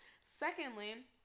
Secondly